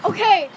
Okay